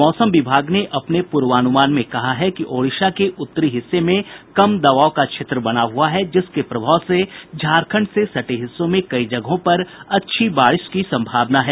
मौसम विभाग ने अपने पूर्वानुमान में कहा है कि ओड़िशा के उत्तरी हिस्से में कम दवाब का क्षेत्र बना हुआ है जिसके प्रभाव से झारखंड से सटे हिस्सों में कई जगहों पर अच्छी बारिश की संभावना है